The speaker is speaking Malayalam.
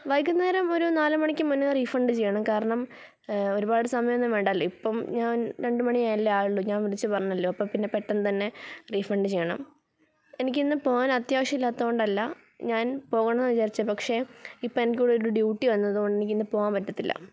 വൈകുന്നേരം ഒരു നാലുമണിക്ക് മുൻപേ റീഫണ്ട് ചെയ്യണം കാരണം ഒരുപാട് സമയം ഒന്നും വേണ്ടല്ലോ ഇപ്പം ഞാന് രണ്ട് മണി അല്ലേ ആയുള്ളൂ ഞാന് വിളിച്ചു പറഞ്ഞല്ലോ അപ്പോൾ പെട്ടെന്നു തന്നെ റീഫണ്ട് ചെയ്യണം എനിക്കിന്ന് പോകാന് അത്യാവശ്യം ഇല്ലാത്തതു കൊണ്ടല്ല ഞാന് പോകണം എന്നു വിചാരിച്ചതാണ് പക്ഷെ ഇപ്പോൾ എനിക്കിവിടെ ഒരു ഡ്യൂട്ടി വന്നതു കൊണ്ട് എനിക്കിന്ന് പോകാന് പറ്റത്തില്ല